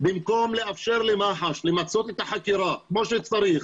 במקום לאפשר למח"ש למצות את החקירה כמו שצריך,